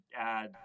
add